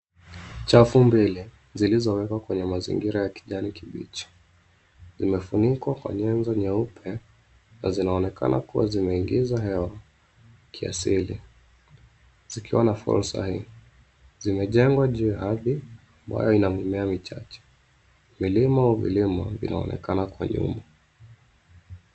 Chafu mbili zilizowekwa kwenye mazingira ya kijani kibichi limefunikwa kwa nyenzo nyeupe na zinaonekana kuwa zimeingiza hewa kiasili zikiwa na folsai. Zimejengwa juu ya ardhi ambayo ina mimea michache. Milima au vilimo vinaonekana kwa nyuma.